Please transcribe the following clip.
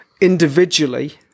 Individually